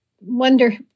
wonder